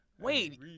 Wait